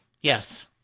Yes